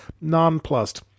nonplussed